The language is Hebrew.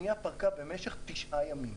במשך תשעה ימים.